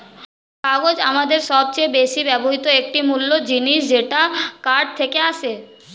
কাগজ আমাদের সবচেয়ে বেশি ব্যবহৃত একটি মূল জিনিস যেটা কাঠ থেকে আসে